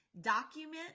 Document